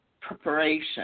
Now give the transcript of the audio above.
preparation